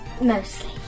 mostly